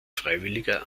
freiwilliger